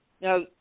Now